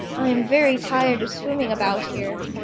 i am very tired of swimming about here,